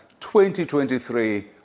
2023